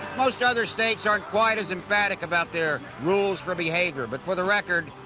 most other states aren't quite as emphatic about their rules for behaviour, but for the record,